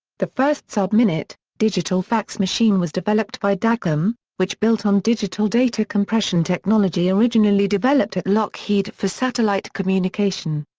the first sub-minute, digital fax machine was developed by dacom, which built on digital data compression technology originally developed at lockheed for satellite communication.